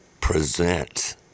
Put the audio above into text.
present